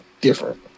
different